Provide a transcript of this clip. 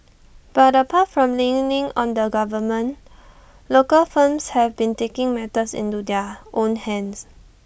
but apart from leaning on the government local firms have been taking matters into their own hands